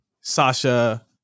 Sasha